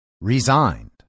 resigned